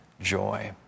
joy